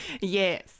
Yes